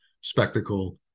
spectacle